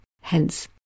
hence